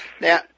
Now